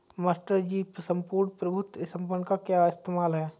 Master ji सम्पूर्ण प्रभुत्व संपन्न का क्या इस्तेमाल है?